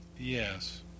yes